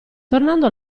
tornando